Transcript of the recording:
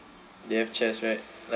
they have chest right like